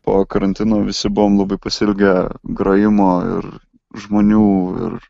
po karantino visi buvom labai pasiilgę grojimo ir žmonių ir